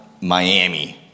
Miami